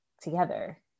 together